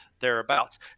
thereabouts